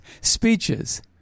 speeches